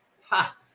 ha